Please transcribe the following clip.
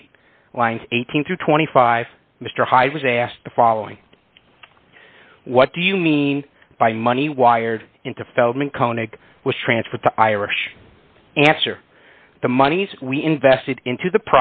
eight lines eighteen to twenty five mr hyde was asked the following what do you mean by money wired into feldman conic was transferred to irish answer the monies we invested into the